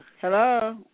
Hello